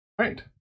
Right